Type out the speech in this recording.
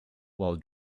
while